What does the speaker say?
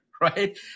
right